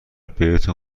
بهتون